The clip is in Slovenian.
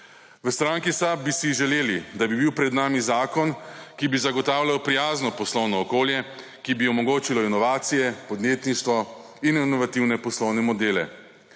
V stranki SAB bi si želeli, da bi bil pred nami zakon, ki bi zagotavljal prijazno poslovno okolje, ki bi omogočilo inovacije, podjetništvo in inovativne poslovne modele.